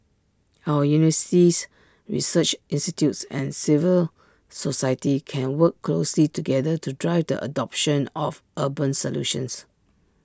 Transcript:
our universities research institutes and civil society can work closely together to drive the adoption of urban solutions